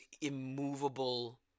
immovable